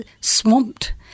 swamped